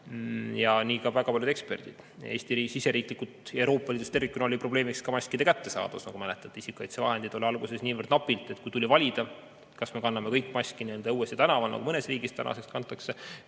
tegid väga paljud eksperdid. Eestis ja Euroopa Liidus tervikuna oli probleemiks ka maskide kättesaadavus, nagu mäletate. Isikukaitsevahendeid oli alguses niivõrd napilt, et kui tuli valida, kas me kõik kanname maski ka õues tänaval, nagu mõnes riigis täna kantakse,